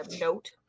note